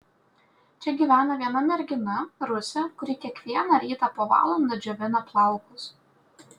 čia gyvena viena mergina rusė kuri kiekvieną rytą po valandą džiovina plaukus